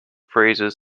phrases